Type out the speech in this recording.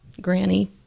granny